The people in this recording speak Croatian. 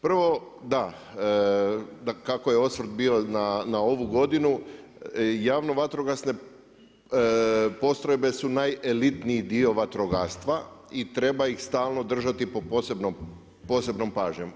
Prvo, da kako je osvrt bio na ovu godinu, javno vatrogasne postrojbe su najelitniji dio vatrogastva i treba ih stalno držati pod posebnom pažnjom.